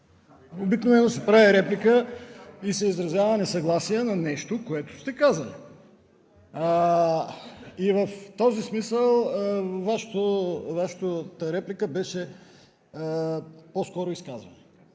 Обикновено се прави реплика и се изразява несъгласие на нещо, което сте казали. В този смисъл Вашата реплика беше по-скоро изказване.